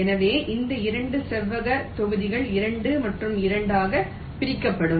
எனவே இந்த 2 செவ்வக தொகுதிகள் 2 மற்றும் 2 ஆக பிரிக்கப்படும்